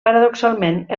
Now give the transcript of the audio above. paradoxalment